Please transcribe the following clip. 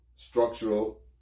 Structural